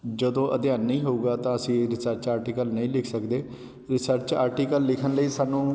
ਜਦੋਂ ਅਧਿਐਨ ਨਹੀਂ ਹੋਊਗਾ ਤਾਂ ਅਸੀਂ ਰਿਸਰਚ ਆਰਟੀਕਲ ਨਹੀਂ ਲਿਖ ਸਕਦੇ ਰਿਸਰਚ ਆਰਟੀਕਲ ਲਿਖਣ ਲਈ ਸਾਨੂੰ